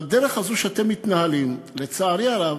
בדרך הזו שאתם מתנהלים, לצערי הרב,